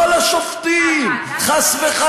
לא על השופטים, חס וחלילה.